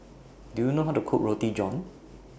Do YOU know How to Cook Roti John